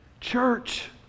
Church